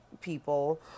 people